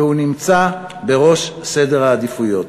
והוא נמצא בראש סדר העדיפויות.